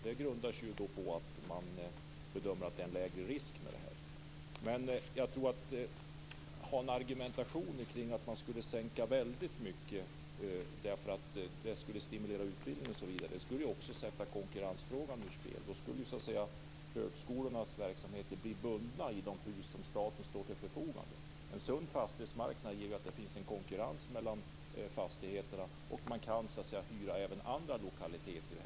Det grundar sig på att man bedömer att det är en lägre risk med det här. Jag tror inte på argumentationen att det skulle stimulera utbildning osv. om man sänkte avkastningskraven väldigt mycket, därför att det skulle också sätta konkurrensen ur spel. Då skulle högskolornas verksamheter bli bundna i de hus som staten ställer till förfogande. På en sund fastighetsmarknad råder det konkurrens mellan fastigheterna, och man kan hyra även andra lokaler.